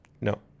No